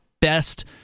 best